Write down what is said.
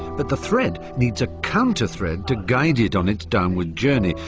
but the thread needs a counter-thread to guide it on its downward journey,